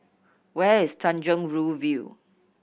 where is Tanjong Rhu View